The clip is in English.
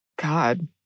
God